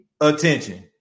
attention